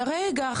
תסביר לי,